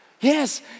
Yes